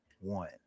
one